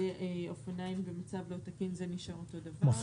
אופניים במצב לא תקין, זה נשאר אותו דבר.